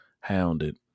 hounded